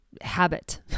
habit